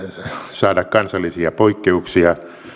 saada kansallisia poikkeuksia